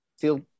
feel